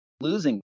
losing